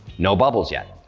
no bubbles yet.